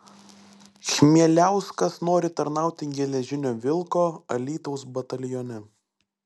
chmieliauskas nori tarnauti geležinio vilko alytaus batalione